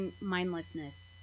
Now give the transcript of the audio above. mindlessness